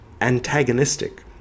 antagonistic